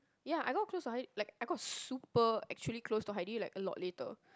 ya I got close to Hayde like I got super actually close to Hayde like a lot later